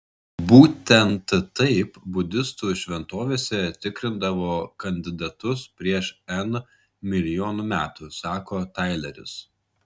būtent taip budistų šventovėse tikrindavo kandidatus prieš n milijonų metų sako taileris